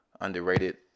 underrated